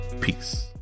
Peace